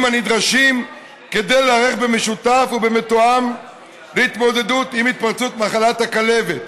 הנדרשים כדי להיערך במשותף ובמתואם להתמודדות עם התפרצות מחלת הכלבת,